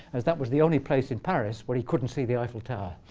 as that was the only place in paris where he couldn't see the eiffel tower.